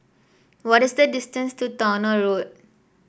what is the distance to Towner Road